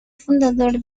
fundador